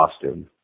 costume